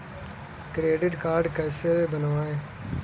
Credit card कैसे बनवाएँ?